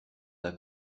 d’un